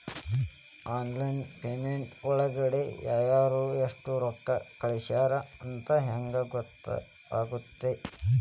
Online payment ಒಳಗಡೆ ಯಾರ್ಯಾರು ಎಷ್ಟು ರೊಕ್ಕ ಕಳಿಸ್ಯಾರ ಅಂತ ಹೆಂಗ್ ಗೊತ್ತಾಗುತ್ತೆ?